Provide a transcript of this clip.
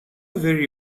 very